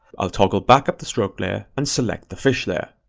i'll toggle back up the stroke layer and select the fish layer.